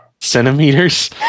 Centimeters